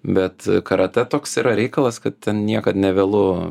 bet karatė toks yra reikalas kad ten niekad nevėlu